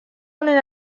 honen